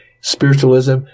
spiritualism